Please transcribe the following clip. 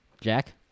Jack